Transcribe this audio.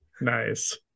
Nice